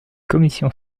commission